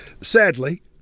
Sadly